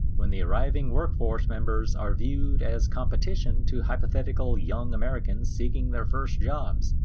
when the arriving workforce members are viewed as competition to hypothetical young americans seeking their first jobs,